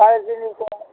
চাৰে তিনিশ